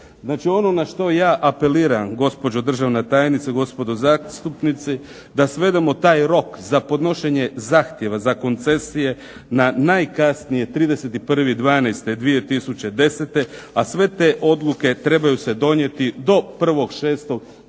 Znači ono na što ja apeliram, gospođo državna tajnice, gospodo zastupnice da svedemo taj rok za podnošenje zahtjeva za koncesije na najkasnije 31.12.2010., a sve te odluke trebaju se donijeti do 1.6.2011.